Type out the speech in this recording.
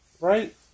right